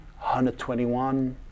121